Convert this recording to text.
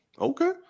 okay